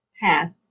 path